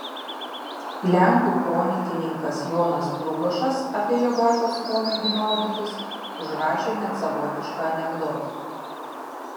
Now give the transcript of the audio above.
lenkų kronikininkas jonas dlugošas apie jogailos pomėgį maudytis užrašė net savotišką anekdotą